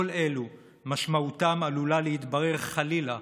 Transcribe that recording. כל אלה משמעותם עלולה להתברר, חלילה,